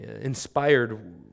inspired